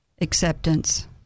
acceptance